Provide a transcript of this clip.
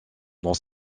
dont